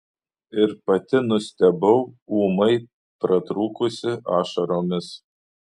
ir pati nustebau ūmai pratrūkusi ašaromis